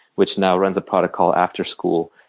which now runs a product called after school.